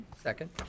Second